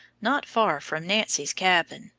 not far from nancy's cabin.